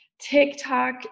TikTok